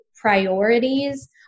priorities